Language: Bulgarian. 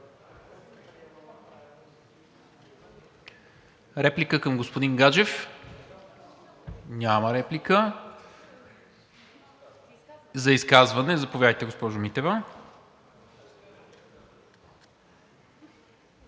Реплика към господин Гаджев? Няма. За изказване – заповядайте, госпожо Митева.